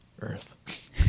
Earth